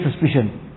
suspicion